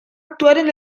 actuant